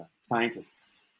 scientists